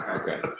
okay